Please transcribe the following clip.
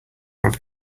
web